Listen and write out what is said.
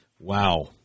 Wow